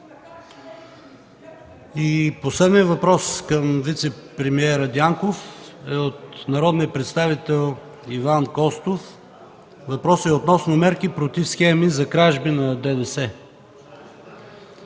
И последният въпрос към вицепремиера Дянков е от народния представител Иван Костов относно мерки против схеми за кражби на ДДС.